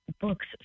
books